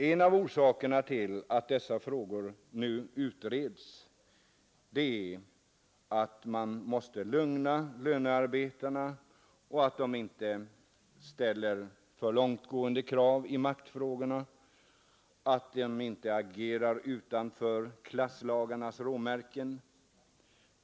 En av orsakerna till att dessa frågor utreds är att man måste lugna lönearbetarna och se till att de inte ställer för långtgående krav i maktfrågorna eller agerar utanför klasslagarnas råmärken.